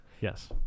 Yes